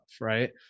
Right